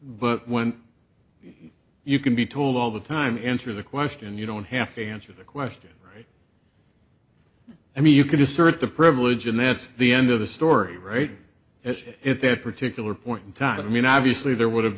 but when you can be told all the time answer the question you don't have to answer the question right i mean you can assert the privilege and that's the end of the story right as if their particular point in time i mean obviously there would have